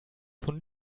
von